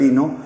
no